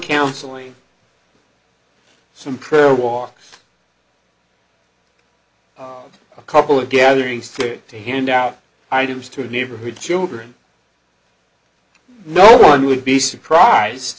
counseling some prayer walk a couple of gatherings to to hand out items to neighborhood children no one would be surprised